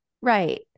right